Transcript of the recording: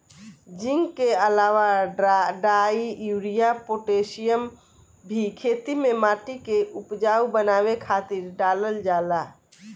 zinc के अलावा डाई, यूरिया, पोटैशियम भी खेते में माटी के उपजाऊ बनावे खातिर डालल जाला